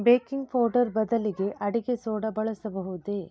baking powder ಬದಲಿಗೆ ಅಡಿಗೆ soda ಬಳಸಬಹುದೇ